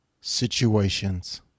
situations